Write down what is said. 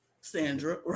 Sandra